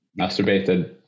masturbated